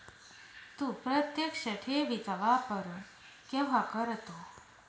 तू प्रत्यक्ष ठेवी चा वापर केव्हा करतो?